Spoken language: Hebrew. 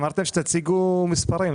אמרתם שתציגו מספרים,